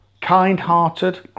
kind-hearted